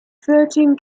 thirteen